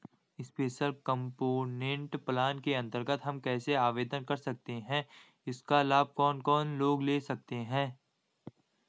Special component plan के अन्तर्गत हम कैसे आवेदन कर सकते हैं इसका लाभ कौन कौन लोग ले सकते हैं?